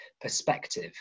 perspective